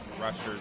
rushers